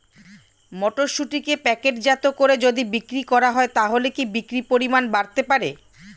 মটরশুটিকে প্যাকেটজাত করে যদি বিক্রি করা হয় তাহলে কি বিক্রি পরিমাণ বাড়তে পারে?